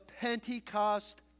Pentecost